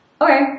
Okay